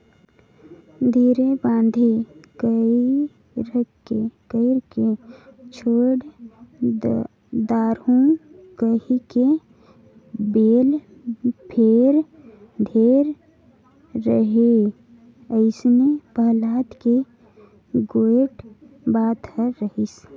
धीरे बांधे कइरके छोएड दारहूँ कहिके बेल भेर धरे रहें अइसने पहलाद के गोएड बात हर रहिस